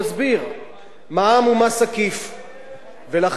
מע"מ הוא מס עקיף,